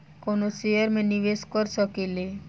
कवनो शेयर मे निवेश कर सकेल